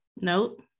nope